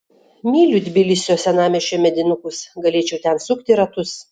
myliu tbilisio senamiesčio medinukus galėčiau ten sukti ratus